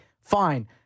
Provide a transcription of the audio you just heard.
fine